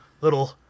little